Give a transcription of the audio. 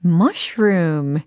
mushroom